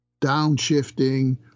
downshifting